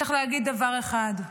צריך להגיד דבר אחד: